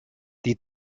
die